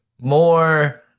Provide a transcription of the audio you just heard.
more